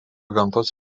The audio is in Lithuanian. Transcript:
gamtos